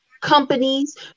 companies